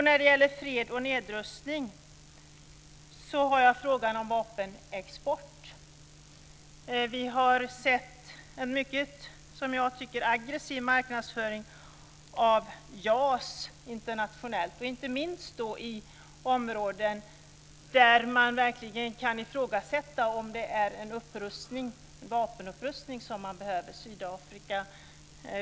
När det gäller fred och nedrustning har jag en fråga om vapenexport. Vi har sett en mycket, som jag tycker, aggressiv marknadsföring av JAS internationellt, inte minst i områden där man verkligen kan ifrågasätta om det är en vapenupprustning som behövs, t.ex. i Sydafrika.